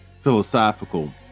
philosophical